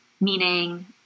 meaning